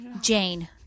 Jane